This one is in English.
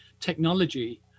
technology